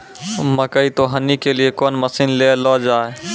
मकई तो हनी के लिए कौन मसीन ले लो जाए?